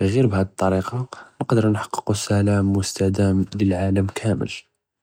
ע׳יר בהאד א־ט׳ריקה נקדרו נחקקו סלאם מסתדאם ל־אלעאלם כאמל.